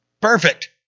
Perfect